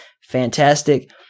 Fantastic